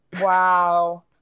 Wow